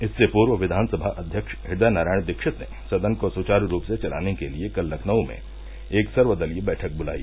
इससे पूर्व विघानसभा अध्यक्ष हृदय नारायण दीक्षित ने सदन को सुवारू रूप से चलाने के लिए कल लखनऊ में एक सर्वदलीय बैठक गुलाई